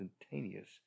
instantaneous